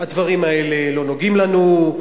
הדברים האלה לא נוגעים בנו,